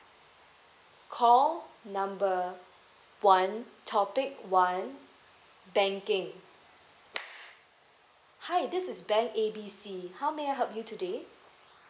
call number one topic one banking hi this is bank A B C how may I help you today